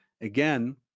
again